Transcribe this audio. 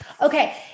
Okay